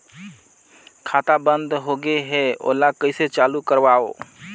खाता बन्द होगे है ओला कइसे चालू करवाओ?